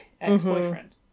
ex-boyfriend